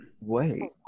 Wait